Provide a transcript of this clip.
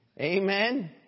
Amen